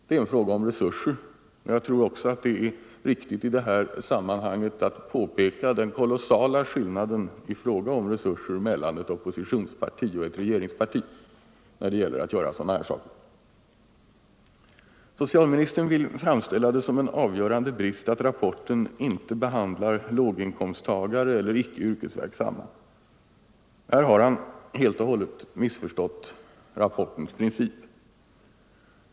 Det är en fråga om resurser, men jag tror också att det är viktigt i det här sammanhanget att påpeka den kolossala skillnaden i fråga om resurser mellan ett oppositionsparti och ett regeringsparti när det gäller att göra sådana här utredningar. Socialministern vill framställa det som en avgörande brist att rapporten inte behandlar låginkomsttagare eller icke-yrkesverksamma. Här har han helt och hållet missförstått rapportens princip.